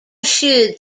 should